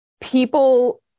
people